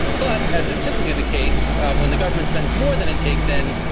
but, as is typically the case, when the government spends more than it takes in,